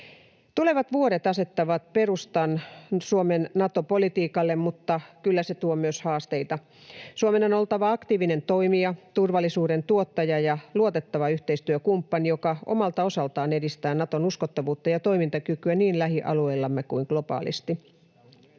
Tulevat vuodet asettavat perustan Suomen Nato-politiikalle, mutta kyllä se tuo myös haasteita. Suomen on oltava aktiivinen toimija, turvallisuuden tuottaja ja luotettava yhteistyökumppani, joka omalta osaltaan edistää Naton uskottavuutta ja toimintakykyä niin lähialueillamme kuin globaalisti.